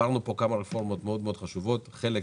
העברנו פה כמה רפורמות מאוד חשובות - חלק